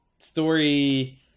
Story